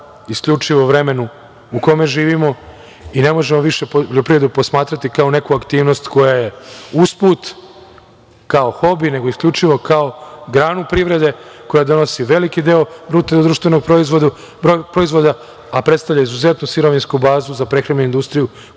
isključivo vremenu u kome živimo i ne možemo više poljoprivredu posmatrati kao neku aktivnost koja je usput, kao hobi, nego isključivo kao granu privrede koja donosi veliki deo BDP, a predstavlja izuzetnu sirovinsku bazu za prehrambenu industriju